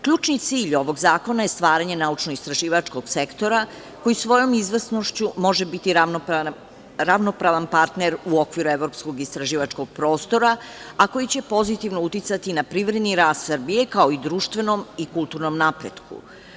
Ključni cilj ovog zakona je stvaranje naučno-istraživačkog sektora koji svojom izvesnošću može biti ravnopravan partner u okviru evropskog istraživačkog prostora, a koji će pozitivno uticati na privredni rast Srbije, kao i društvenom i kulturnom napretku.